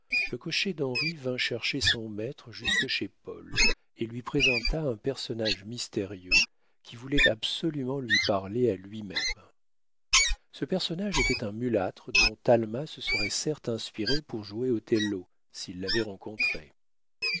le cocher d'henri vint chercher son maître jusque chez paul et lui présenta un personnage mystérieux qui voulait absolument lui parler à lui-même ce personnage était un mulâtre dont talma se serait certes inspiré pour jouer othello s'il l'avait rencontré